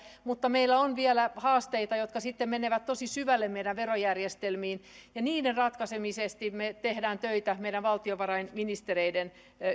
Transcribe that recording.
mutta meillä on vielä haasteita jotka menevät tosi syvälle meidän verojärjestelmiin ja niiden ratkaisemiseksi me teemme töitä meidän valtiovarainministereiden